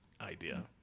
idea